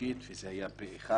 ושלישית פה אחד,